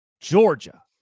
Georgia